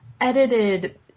edited